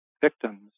victims